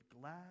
glad